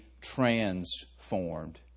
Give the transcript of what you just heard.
transformed